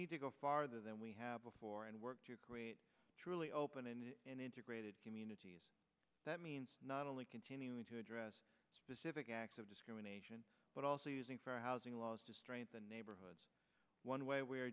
need to go farther than we have before and work to create truly open and integrated communities that means not only continuing to address specific acts of discrimination but also using fair housing laws to strengthen neighborhoods one way we are